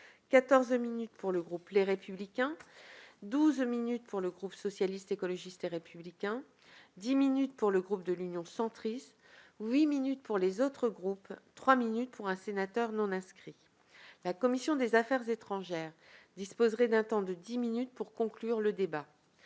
minutes pour le groupe Les Républicains, douze minutes pour le groupe Socialiste, Écologiste et Républicain, dix minutes pour le groupe Union Centriste, huit minutes pour les autres groupes, trois minutes pour un sénateur non inscrit. La commission des affaires étrangères disposerait d'un temps de dix minutes pour conclure le débat.